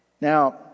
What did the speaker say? now